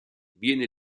viene